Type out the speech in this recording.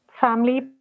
family